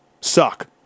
suck